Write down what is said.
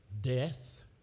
Death